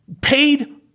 paid